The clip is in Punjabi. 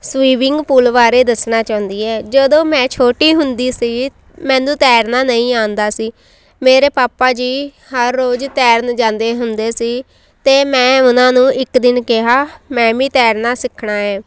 ਸਵੀਮਿੰਗ ਪੂਲ ਬਾਰੇ ਦੱਸਣਾ ਚਾਹੁੰਦੀ ਹੈ ਜਦੋਂ ਮੈਂ ਛੋਟੀ ਹੁੰਦੀ ਸੀ ਮੈਨੂੰ ਤੈਰਨਾ ਨਹੀਂ ਆਉਂਦਾ ਸੀ ਮੇਰੇ ਪਾਪਾ ਜੀ ਹਰ ਰੋਜ਼ ਤੈਰਨ ਜਾਂਦੇ ਹੁੰਦੇ ਸੀ ਅਤੇ ਮੈਂ ਉਹਨਾਂ ਨੂੰ ਇੱਕ ਦਿਨ ਕਿਹਾ ਮੈਂ ਵੀ ਤੈਰਨਾ ਸਿੱਖਣਾ ਹੈ